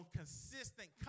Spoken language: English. consistent